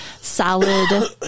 solid